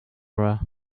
bra